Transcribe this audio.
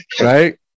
Right